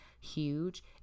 huge